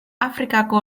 afrikako